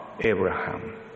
Abraham